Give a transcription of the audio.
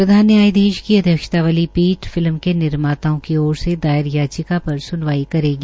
प्रधान न्यायाधीश की अध्यक्षता वाली पीठ फिल्म के निर्माताओ की और से दायर याचिका पर स्नवाई करेगी